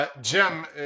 Jim